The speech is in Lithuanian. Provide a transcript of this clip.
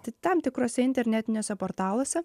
tai tam tikruose internetiniuose portaluose